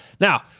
Now